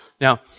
Now